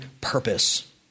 purpose